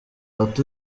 ati